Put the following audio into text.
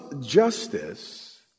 justice